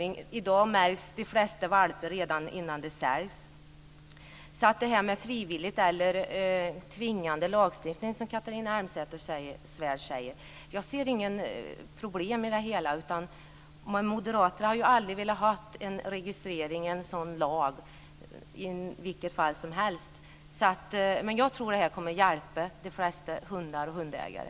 När det gäller detta med frivillig eller tvingande lag, som Catharina Elmsäter-Svärd var inne på, ser jag inga problem. Moderaterna har ju aldrig velat ha en lag om registrering i vilket fall som helst. Jag tror alltså att denna lag kommer att vara till hjälp för de flesta hundar och hundägare.